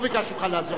לא ביקשתי ממך לעזור.